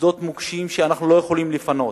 שדות מוקשים שאנחנו לא יכולים לפנות,